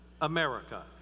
America